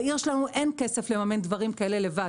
לעיר שלנו אין כסף לממן דברים כאלה לבד.